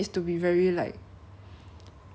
overcam~ you overcome